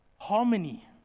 harmony